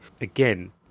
again